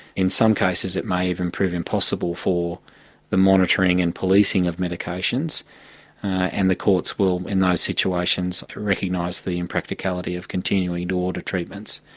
in some cases it may even prove impossible for the monitoring and policing of medications and the courts will, in those situations, recognise the impracticality of continuing to order treatments.